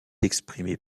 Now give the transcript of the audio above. exprimée